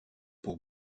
pour